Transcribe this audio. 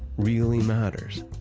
really matters.